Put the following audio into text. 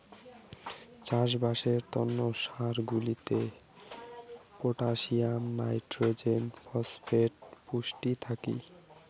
চাষবাসের তন্ন সার গুলাতে পটাসিয়াম, নাইট্রোজেন, ফসফেট পুষ্টি থাকি